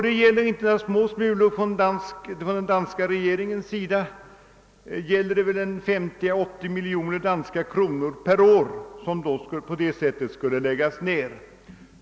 Det gäller inte några små smulor; den danska regeringen skulle väl få investera 50—380 miljoner danska kronor per år.